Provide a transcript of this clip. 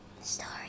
Story